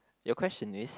your question is